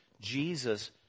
Jesus